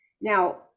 now